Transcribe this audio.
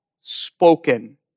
spoken